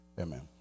Amen